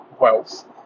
wealth